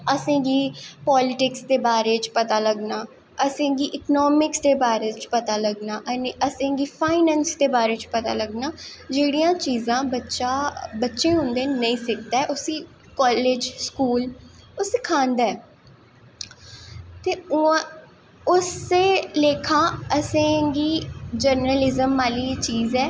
असेंगी पालिटिक्स दे बारे च पता लग्गना असेंगी इकनॉमिक्स दे बारे च पता लग्गना हैनी असेंगी फाईनैंस दे बारे च पता लग्गना जेह्ड़ियां चीज़ां बच्चां होंदे सिखदा ऐ उसी केलेज़ च स्कूल च ओह् सखांदा ऐ ते उस्सै लेक्खा असेंगी जर्नलिज़म आह्ली चीज़ ऐ